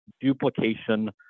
duplication